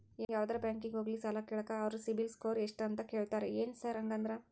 ಯಾವದರಾ ಬ್ಯಾಂಕಿಗೆ ಹೋಗ್ಲಿ ಸಾಲ ಕೇಳಾಕ ಅವ್ರ್ ಸಿಬಿಲ್ ಸ್ಕೋರ್ ಎಷ್ಟ ಅಂತಾ ಕೇಳ್ತಾರ ಏನ್ ಸಾರ್ ಹಂಗಂದ್ರ?